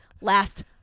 last